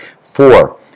Four